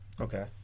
Okay